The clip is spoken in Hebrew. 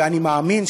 ואני מאמין,